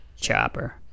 Chopper